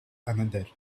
another